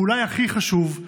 ואולי הכי חשוב,